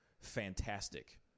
fantastic